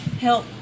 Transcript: help